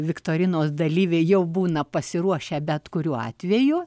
viktorinos dalyviai jau būna pasiruošę bet kuriuo atveju